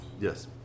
yes